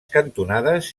cantonades